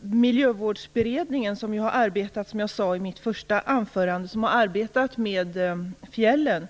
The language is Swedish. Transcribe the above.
Miljövårdsberedningen har, som jag sade i mitt första inlägg, arbetat med fjällen.